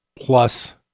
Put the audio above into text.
plus